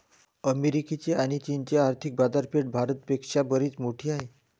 अमेरिकेची आणी चीनची आर्थिक बाजारपेठा भारत पेक्षा बरीच मोठी आहेत